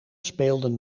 speelden